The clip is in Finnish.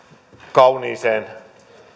kauniiseen